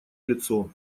лицо